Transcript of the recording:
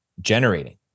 generating